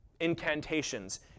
incantations